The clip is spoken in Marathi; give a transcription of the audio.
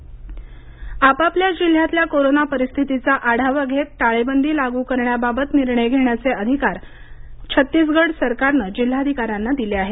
छत्तीसगड टाळेबंदी आपापल्या जिल्ह्यातल्या कोरोना परिस्थितीचा आढावा घेत टाळेबंदी लागू करण्याबाबत निर्णय घेण्याचे अधिकार छत्तीसगड सरकारनं जिल्हाधिकाऱ्यांना दिले आहेत